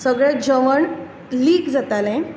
सगळें जेवण लीक जाताले